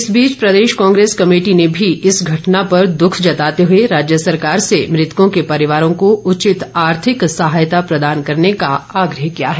इस बीच प्रदेश कांग्रेस कमेटी ने भी इस घटना पर दुख जताते हुए राज्य सरकार से मृतकों के परिवारों को उचित आर्थिक सहायता प्रदान करने का आग्रह किया है